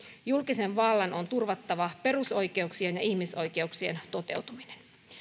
julkisen vallan on turvattava perusoikeuksien ja ihmisoikeuksien toteutuminen